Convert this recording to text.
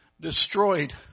destroyed